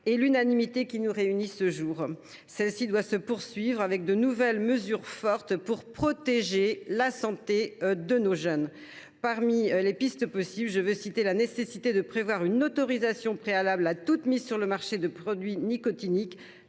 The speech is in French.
et l’unanimité qui nous réunit ce jour. Celle ci doit se poursuivre avec de nouvelles mesures fortes pour protéger la santé de nos jeunes. Parmi les pistes possibles, je veux citer l’autorisation préalable à toute mise sur le marché de produits nicotiniques,